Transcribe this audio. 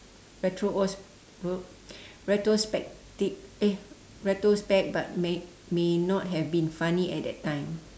retro~ oh retrospecti~ eh retrospect but may may not have been funny at that time